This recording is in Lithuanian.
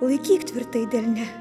laikyk tvirtai delne